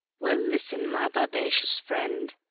well, listen, my bibacious friend,